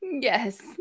Yes